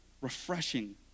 refreshing